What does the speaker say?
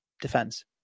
defense